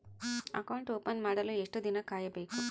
Account open ಮಾಡಲು ಎಷ್ಟು ದಿನ ಕಾಯಬೇಕು?